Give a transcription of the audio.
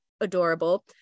adorable